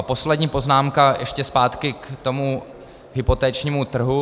Poslední poznámka ještě zpátky k tomu hypotečnímu trhu.